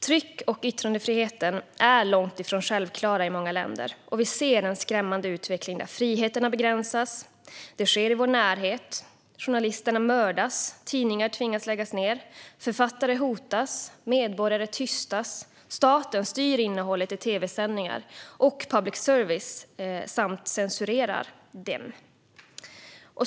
Tryck och yttrandefriheten är långt ifrån självklar i många länder, och vi ser en skrämmande utveckling där friheterna begränsas. Det sker i vår närhet. Journalister mördas, tidningar tvingas lägga ned, författare hotas, medborgare tystas och staten styr innehållet i tv-sändningar och public service samt censurerar det.